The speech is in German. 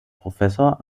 professor